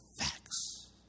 Facts